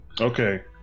Okay